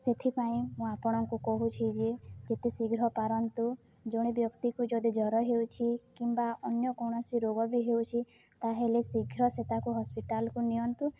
ସେଥିପାଇଁ ମୁଁ ଆପଣଙ୍କୁ କହୁଛି ଯେ ଯେତେ ଶୀଘ୍ର ପାରନ୍ତୁ ଜଣେ ବ୍ୟକ୍ତିକୁ ଯଦି ଜ୍ଵର ହେଉଛି କିମ୍ବା ଅନ୍ୟ କୌଣସି ରୋଗ ବି ହେଉଛି ତାହେଲେ ଶୀଘ୍ର ସେ ତାକୁ ହସ୍ପିଟାଲ୍କୁ ନିଅନ୍ତୁ